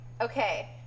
Okay